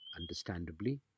Understandably